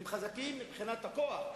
הם חזקים מבחינת הכוח,